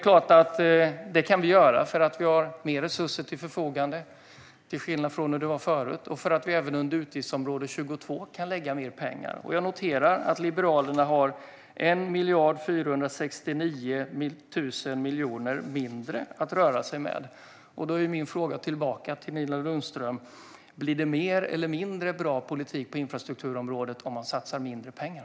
Detta kan vi göra eftersom vi har mer resurser till förfogande än förut och för att vi även under utgiftsområde 22 kan lägga mer pengar. Jag noterar att Liberalerna har 1 469 000 000 mindre att röra sig med, och min fråga tillbaka till Nina Lundström är därför: Blir det mer eller mindre bra politik på infrastrukturområdet om man satsar mindre pengar?